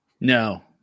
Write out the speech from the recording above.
no